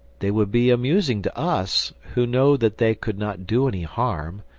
they would be amusing to us, who know that they could not do any harm,